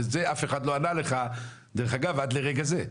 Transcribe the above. וזה אף אחד לא ענה לך, דרך אגב, עד לרגע זה.